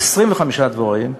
25 דבוראים,